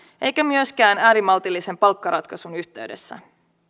eikä myöskään äärimaltillisen palkkaratkaisun yhteydessä